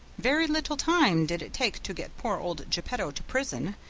very little time did it take to get poor old geppetto to prison.